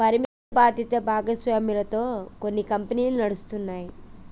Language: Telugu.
పరిమిత బాధ్యత భాగస్వామ్యాలతో కొన్ని కంపెనీలు నడుస్తాయి